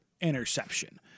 interception